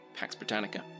paxbritannica